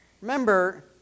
Remember